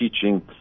teaching